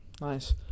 nice